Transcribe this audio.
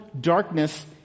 darkness